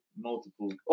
multiple